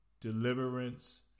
Deliverance